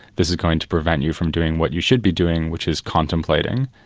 this is going to prevent you from doing what you should be doing which is contemplating,